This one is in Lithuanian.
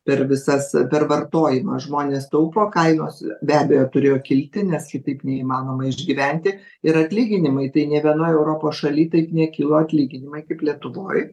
per visas per vartojimą žmonės taupo kainos be abejo turėjo kilti nes kitaip neįmanoma išgyventi ir atlyginimai tai nė vienoj europos šaly taip nekilo atlyginimai kaip lietuvoj